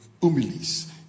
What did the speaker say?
humilis